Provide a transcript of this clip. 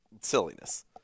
silliness